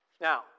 Now